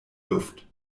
luft